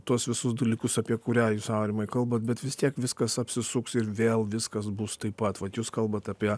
tuos visus dalykus apie kurią jūs aurimai kalbat bet vis tiek viskas apsisuks ir vėl viskas bus taip pat vat jūs kalbat apie